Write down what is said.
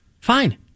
Fine